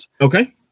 Okay